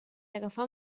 agafar